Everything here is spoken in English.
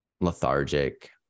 lethargic